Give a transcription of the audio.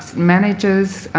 managers,